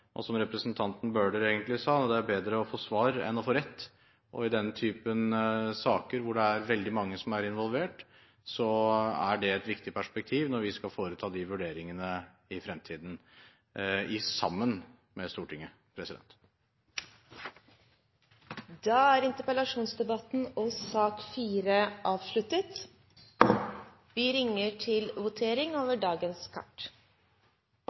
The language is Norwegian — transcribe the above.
og som representanten Bøhler egentlig sa: Det er bedre å få svar enn å få rett. I den typen saker, hvor det er veldig mange som er involvert, er det et viktig perspektiv når vi skal foreta de vurderingene i fremtiden sammen med Stortinget. Debatten i sak nr. 4 er avsluttet. Vi går da til votering over sakene på dagens kart.